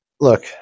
Look